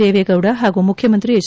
ದೇವೇಗೌಡ ಹಾಗೂ ಮುಖ್ಯಮಂತ್ರಿ ಎಚ್